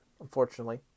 unfortunately